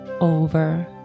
over